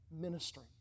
ministry